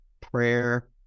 prayer